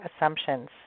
assumptions